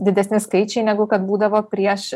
didesni skaičiai negu kad būdavo prieš